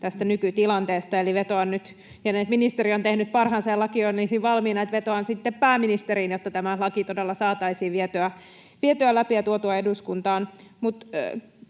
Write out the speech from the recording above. tästä nykytilanteesta. Tiedän, että ministeri on tehnyt parhaansa ja laki olisi valmiina, joten vetoan sitten pääministeriin, jotta tämä laki todella saataisiin vietyä läpi ja tuotua eduskuntaan.